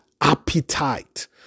appetite